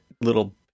little